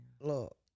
Look